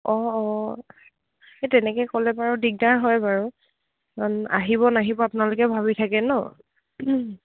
অঁ অঁ সেই তেনেকৈ ক'লে বাৰু দিগদাৰ হয় বাৰু কাৰণ আহিব নাহিব আপোনালোকেও ভাবি থাকে ন